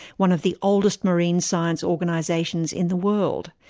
one of the oldest marine science organisations in the world.